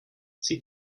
sie